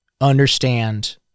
understand